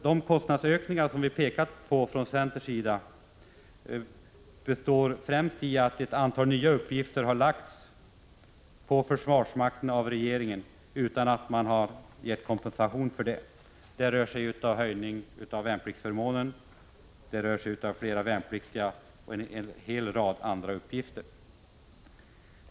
De kostnadsökningar som vi från centerns sida visat på består främst i att regeringen lagt ett antal nya uppgifter på försvarsmakten utan att ge kompensation för det. Det rör sig om höjningar av värnpliktsförmåner, fler värnpliktiga, m.m.